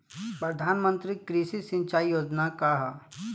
प्रधानमंत्री कृषि सिंचाई योजना का ह?